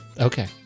Okay